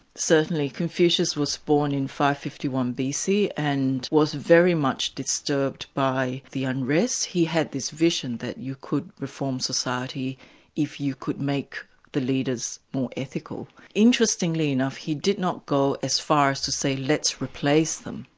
certainly. confucius was born in five hundred and fifty one bc and was very much disturbed by the unrest. he had this vision that you could reform society if you could make the leaders more ethical. interestingly enough, he did not go as far as to say, let's replace them.